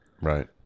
Right